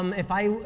um if i